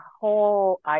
whole